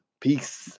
Peace